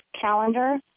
Calendar